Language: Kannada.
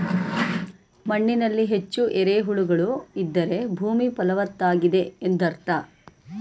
ಮಣ್ಣಿನಲ್ಲಿ ಹೆಚ್ಚು ಎರೆಹುಳುಗಳು ಇದ್ದರೆ ಭೂಮಿ ಫಲವತ್ತಾಗಿದೆ ಎಂದರ್ಥ